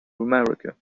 america